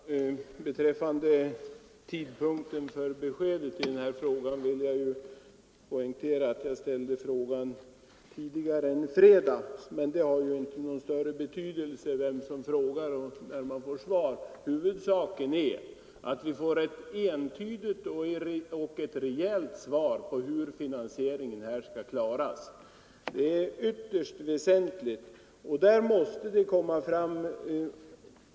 Herr talman! Beträffande tidpunkten för beskedet i denna fråga vill jag poängtera att jag ställde min enkla fråga tidigare än i fredags. Men det har väl inte någon större betydelse vem som ställde frågan och när svaret ges. Huvudsaken är att vi får ett entydigt och rejält svar på hur finansieringen skall klaras. Det är ytterst väsentligt.